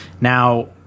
Now